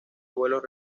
vuelos